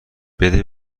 بده